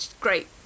great